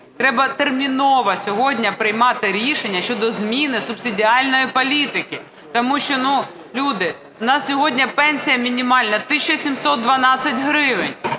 треба терміново сьогодні приймати рішення щодо зміни субсидіальної політики. Тому що, люди, у нас сьогодні пенсія мінімальна 1 тисяча 712 гривень,